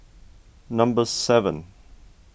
number seven